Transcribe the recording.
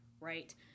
Right